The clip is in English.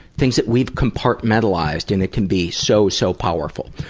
things that we've compartmentalized, and it can be so, so powerful.